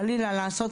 חלילה לעשות